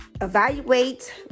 evaluate